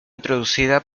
introducida